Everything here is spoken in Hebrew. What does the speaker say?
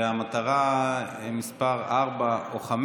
מטרה מס' 4 או 5